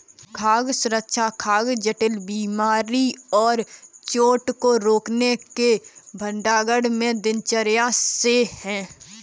खाद्य सुरक्षा खाद्य जनित बीमारी और चोट को रोकने के भंडारण में दिनचर्या से है